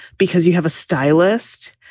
because you have a stylist,